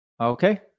Okay